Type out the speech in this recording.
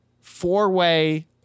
four-way